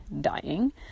dying